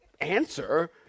answer